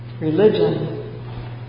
Religion